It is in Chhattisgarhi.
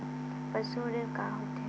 पशु ऋण का होथे?